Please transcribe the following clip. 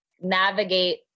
navigate